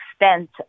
extent